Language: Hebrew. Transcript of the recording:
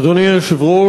אדוני היושב-ראש,